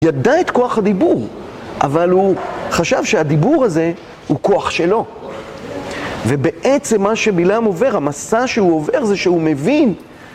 ידע את כוח הדיבור, אבל הוא חשב שהדיבור הזה הוא כוח שלו. ובעצם מה שבלעם עובר, המסע שהוא עובר, זה שהוא מבין